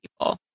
people